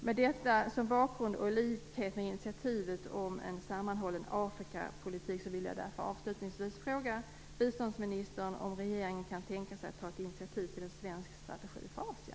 Med detta som bakgrund och i likhet med initiativet om en sammanhållen Afrikapolitik vill jag avslutningsvis fråga biståndsministern: Kan regeringen tänka sig att ta initiativ till en svensk strategi för Asien?